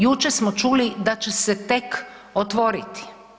Jučer smo čuli da će se tek otvoriti.